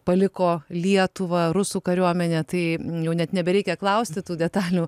paliko lietuvą rusų kariuomenė tai jau net nebereikia klausti tų detalių